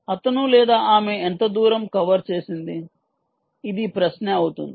అతను లేదా ఆమె ఎంత దూరం కవర్ చేసింది అది ప్రశ్న అవుతుంది